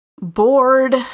bored